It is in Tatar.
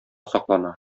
саклана